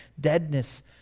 deadness